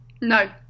No